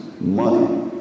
money